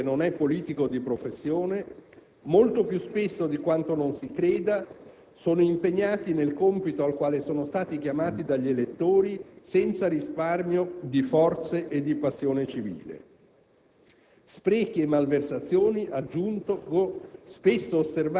i quali spesso (si consenta di dirlo a un osservatore che non è un politico di professione), molto più spesso di quanto non si creda, sono impegnati nel compito al quale sono stati chiamati dagli elettori senza risparmio di forze e di passione civile.